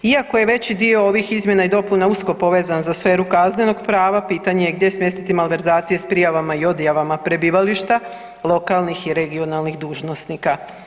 Iako je veći dio ovih izmjena i dopuna usko povezan za sferu kaznenog prava pitanje je gdje smjestiti malverzacije s prijavama i odjavama prebivališta lokalnih i regionalnih dužnosnika.